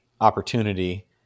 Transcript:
opportunity